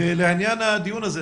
לעניין הדיון הזה,